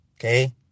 okay